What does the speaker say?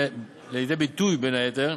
בין היתר,